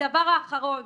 הדבר האחרון